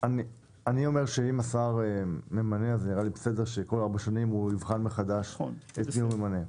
אני אומר שזה בסדר שכל ארבע שנים הוא יבחן מחדש את מי הוא ממנה.